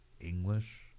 English